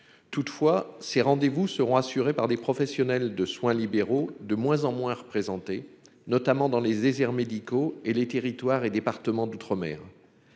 toutefois ces rendez-vous seront assurés par des professionnels de soins libéraux de moins en moins représentées, notamment dans les déserts médicaux et les territoires et départements d'outre-mer.